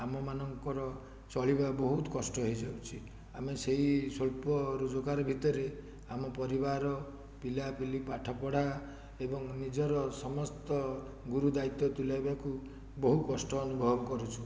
ଆମ ମାନଙ୍କର ଚଳିବା ବହୁତ କଷ୍ଟ ହେଇଯାଉଛି ଆମେ ସେଇ ସ୍ୱଳ୍ପ ରୋଜଗାର ଭିତରେ ଆମ ପରିବାର ପିଲାପିଲି ପାଠପଢ଼ା ଏବଂ ନିଜର ସମସ୍ତ ଗୁରୁଦାୟିତ୍ୱ ତୁଲେଇବାକୁ ବହୁ କଷ୍ଟ ଅନୁଭବ କରୁଛୁ